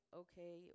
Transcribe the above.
okay